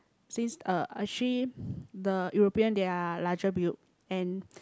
since uh actually the European they are larger build and